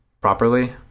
properly